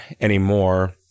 anymore